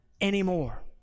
anymore